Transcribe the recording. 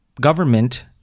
government